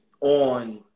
on